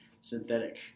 synthetic